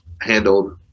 handled